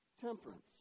Temperance